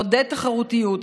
לעודד תחרותיות,